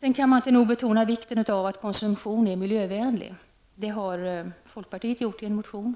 Man kan inte nog betona vikten av miljövänlig konsumtion. Det har folkpartiet gjort i en motion.